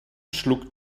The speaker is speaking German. schlug